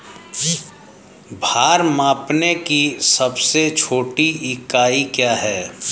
भार मापने की सबसे छोटी इकाई क्या है?